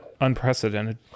unprecedented